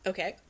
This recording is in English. Okay